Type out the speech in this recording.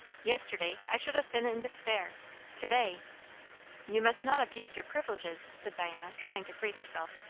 yesterday i should have been in despair to-day you must not abuse your privileges, said diana, trying to free herself.